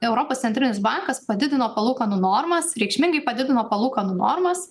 europos centrinis bankas padidino palūkanų normas reikšmingai padidino palūkanų normas